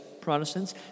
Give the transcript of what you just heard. Protestants